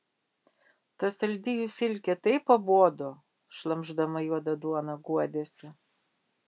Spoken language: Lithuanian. ta saldi jų silkė taip pabodo šlamšdama juodą duoną guodėsi